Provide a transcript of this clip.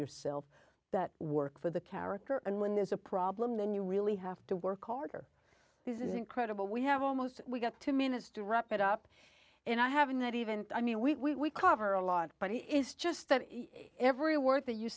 yourself that work for the character and when there's a problem then you really have to work harder this is incredible we have almost we got two minutes to wrap it up and i have not even i mean we cover a lot but it is just that every word that you